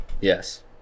yes